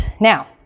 Now